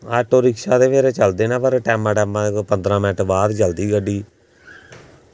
auto rickshaw फिर चलदे न पर टैमां टैमां दे पंदरां मिंट बाद च चलदी गड्डी